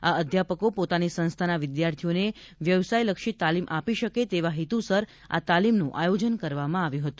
આ અધ્યાપકો પોતાની સંસ્થાના વિદ્યાર્થીઓને વ્યવસાયલક્ષી તાલીમ આપી શકે તેવા હેતુસર આ તાલીમનું આયોજન કરવામાં આવ્યું હતું